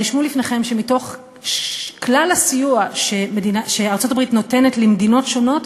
רשמו לפניכם שמתוך כלל הסיוע שארצות-הברית נותנת למדינות שונות,